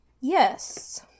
Yes